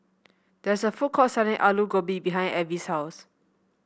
there is a food court selling Alu Gobi behind Evie's house